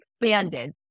expanded